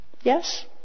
Yes